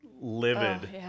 livid